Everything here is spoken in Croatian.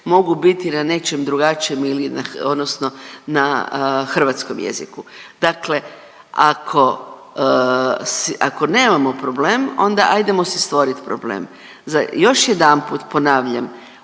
mogu biti na nečem drugačijem ili na h… odnosno na hrvatskom jeziku, dakle ako, ako nemamo problem onda ajdemo si stvorit problem. Još jedanput ponavljam,